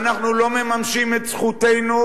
ואנחנו לא מממשים את זכותנו,